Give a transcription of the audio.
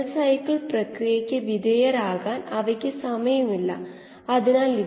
D യഥാർത്ഥത്തിൽ ഇവിടെ Dm ആകും ബാക്കിയുള്ളവ അതുപോലെ തന്നെ